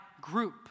group